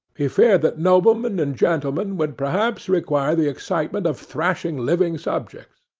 he feared that noblemen and gentlemen would perhaps require the excitement of thrashing living subjects.